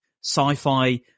sci-fi